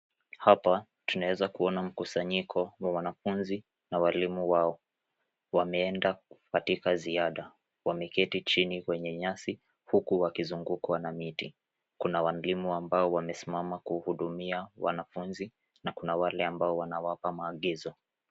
Hapa tunaweza kuona mkusanyiko wa wanafunzi na walimu wao wameenda katika ziada, wameketi chini kwenye nyasi huku wakizungukwa na miti, kuna walimu ambao wamesimama kuhudumia wanafunzi na kuna wale amba wanawapa maagizo.